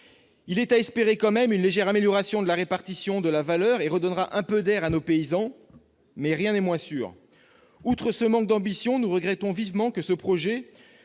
même à espérer une légère amélioration de la répartition de la valeur, ce qui redonnera un peu d'air à nos paysans, mais rien n'est moins sûr. Outre ce manque d'ambition, nous déplorons vivement que ce projet